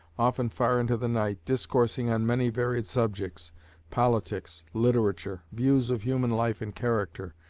often far into the night, discoursing on many varied subjects politics, literature, views of human life and character,